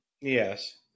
Yes